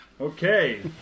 Okay